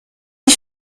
die